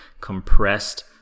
compressed